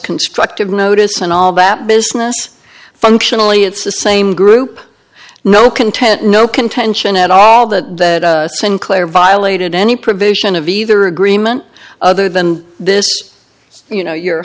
constructive notice and all that business functionally it's the same group no content no contention at all that the sinclair violated any provision of either agreement other than this you know your